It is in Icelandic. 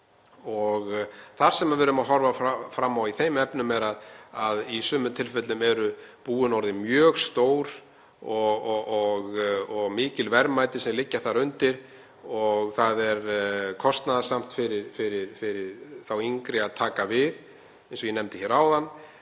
Það sem við erum að horfa fram á í þeim efnum er að í sumum tilfellum eru búin orðin mjög stór, mikil verðmæti liggja þar undir og kostnaðarsamt er fyrir þá yngri að taka við, eins og ég nefndi hér áðan,